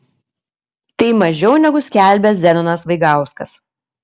tai mažiau negu skelbė zenonas vaigauskas